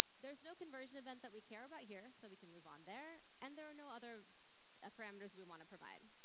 there's no conversion event that we care about here so we can move on there. and there are no other ah parameters we want to provide.